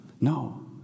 No